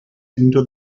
into